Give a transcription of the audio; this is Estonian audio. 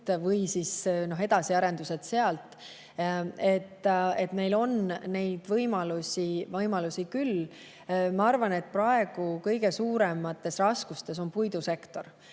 või siis edasiarendused sealt. Meil on neid võimalusi küll. Ma arvan, et praegu kõige suuremates raskustes on puidusektor